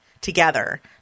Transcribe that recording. together